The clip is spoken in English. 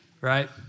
Right